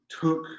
took